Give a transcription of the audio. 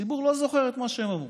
הציבור לא זוכר את מה שהם אמרו,